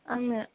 आंनो